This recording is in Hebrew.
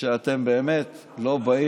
שאתם באמת לא באים,